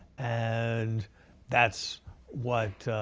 and that's what